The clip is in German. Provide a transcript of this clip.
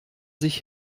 sich